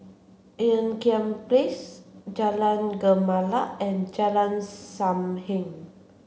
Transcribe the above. Ean Kiam Place Jalan Gemala and Jalan Sam Heng